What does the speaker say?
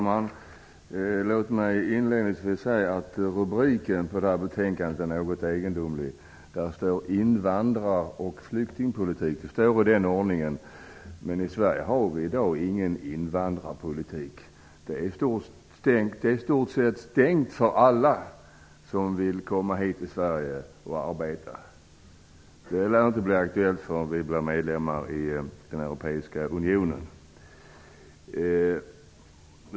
Fru talman! Låt mig först säga att rubriken över detta betänkande, ''Invandrar och flyktingpolitiken'', är något egendomlig. Vi har i Sverige i dag ingen invandrarpolitik. Det är i stort sett stängt för alla som vill komma hit till Sverige och arbeta. Det lär inte bli aktuellt att ta emot sådana förrän vi blir medlemmar i den europeiska unionen.